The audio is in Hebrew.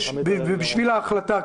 בשביל החלטה,